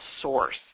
source